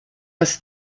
das